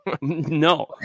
No